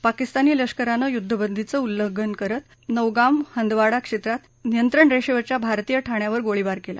पाकिस्तानी लष्करानं युद्वबंदीचं उल्लंघन करत नौगाम हंदवाडा क्षेत्रात नियंत्रण रेषेवरच्या भारतीय ठाण्यांवर गोळीबार केला